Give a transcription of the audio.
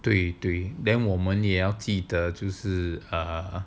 对对 then 我们也要记得就是 err